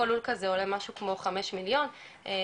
כל לול כזה עולה משהו כמו חמישה מיליון שקלים.